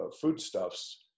foodstuffs